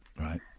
right